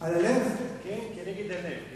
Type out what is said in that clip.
תדפוק כנגד הלב.